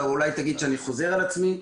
אתה אולי תגיד שאני חוזר על עצמי,